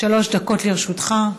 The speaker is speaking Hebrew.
שלוש דקות לרשותך.